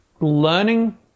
learning